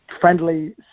friendly